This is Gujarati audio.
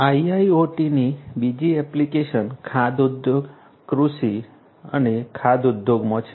IIoT ની બીજી એપ્લિકેશન ખાદ્ય ઉદ્યોગ કૃષિ અને ખાદ્ય ઉદ્યોગમાં છે